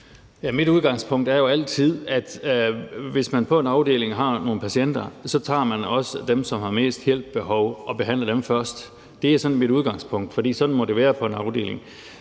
Mit udgangspunkt er jo altid, at hvis man på en afdeling har nogle patienter, tager man dem, der har mest behov for hjælp, og behandler dem først. Det er mit udgangspunkt, for sådan må det være for en afdeling.